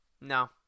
no